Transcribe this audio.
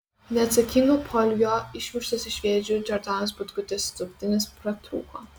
neatsakingo poelgio išmuštas iš vėžių džordanos butkutės sutuoktinis pratrūko